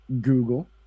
Google